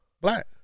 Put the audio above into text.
Black